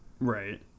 Right